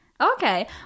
Okay